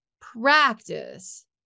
practice